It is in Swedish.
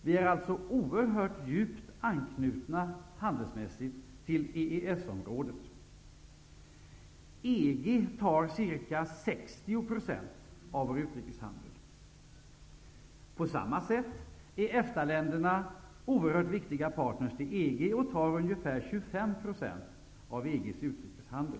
Vi är således handelsmässigt oerhört djupt anknutna till EES-området. Ca 60 % av vår utrikeshandel går till EG. På samma sätt är EFTA-länderna oerhört viktiga partners till EG och tar ungefär 25 % av EG:s utrikeshandel.